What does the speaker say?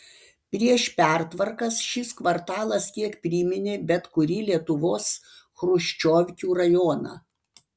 prieš pertvarkas šis kvartalas kiek priminė bet kurį lietuvos chruščiovkių rajoną